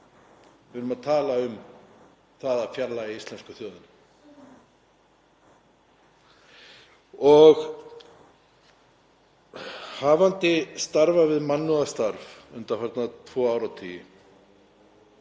Við erum að tala um það að fjarlægja íslensku þjóðina og hafandi starfað við mannúðarstarf undanfarna tvo áratugi